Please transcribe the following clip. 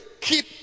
keep